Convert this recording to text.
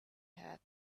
had